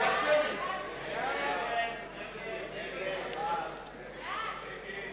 ההצעה להסיר מסדר-היום את הצעת